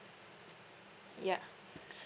ya